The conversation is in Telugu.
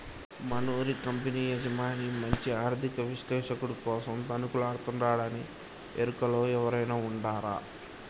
మనూరి కంపెనీ యజమాని మంచి ఆర్థిక విశ్లేషకుడి కోసరం తనకలాడతండాడునీ ఎరుకలో ఎవురైనా ఉండారా